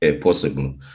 possible